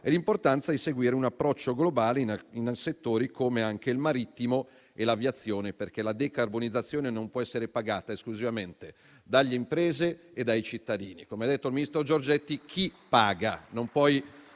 l'importanza di seguire un approccio globale, anche in settori come anche quello marittimo e dell'aviazione, perché la decarbonizzazione non può essere pagata esclusivamente dalle imprese e dai cittadini. Come ha detto il ministro Giorgetti, chi paga? Non si